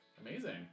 Amazing